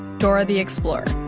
dora the explorer.